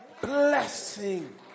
blessing